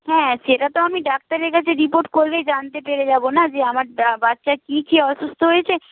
হ্যাঁ সেটা তো আমি ডাক্তারের কাছে রিপোর্ট করলেই জানতে পেরে যাবো না যে আমার বাচ্চার কি খেয়ে অসুস্থ হয়েছে